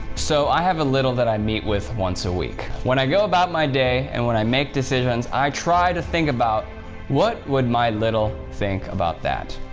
so i have a little that i meet with once a week. when i go about my day and when i make decisions, i try to think about what would my little think about that.